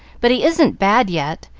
but he isn't bad yet,